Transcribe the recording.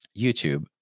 YouTube